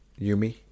Yumi